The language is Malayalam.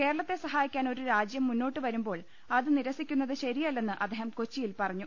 കേരളത്തെ സഹായിക്കാൻ ഒരു രാജ്യം മുന്നോട്ട് വരുമ്പോൾ അത് നിരസിക്കുന്നത് ശരിയല്ലെന്ന് അദ്ദേഹം കൊച്ചിയിൽ പറഞ്ഞു